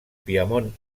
piemont